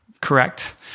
correct